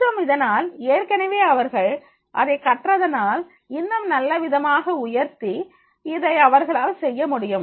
மற்றும் அதனால் ஏற்கனவே அவர்கள் இதை கற்றதனால் இன்னும் நல்லவிதமாக உயர்த்தி இதை அவர்களால் செய்ய முடியும்